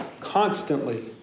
constantly